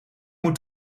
moet